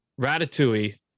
Ratatouille